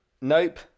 Nope